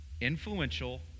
influential